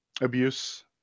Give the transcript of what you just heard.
abuse